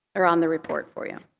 or on the report for you.